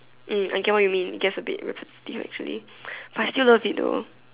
mm I get what you mean gets a bit repetitive actually but I still love though